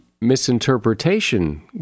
misinterpretation